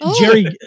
Jerry